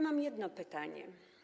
Mam jedno pytanie.